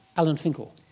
alan finkel?